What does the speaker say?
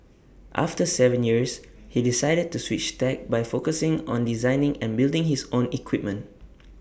after Seven years he decided to switch tack by focusing on designing and building his own equipment